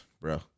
bro